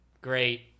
great